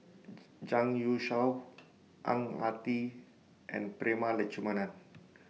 Zhang Youshuo Ang Ah Tee and Prema Letchumanan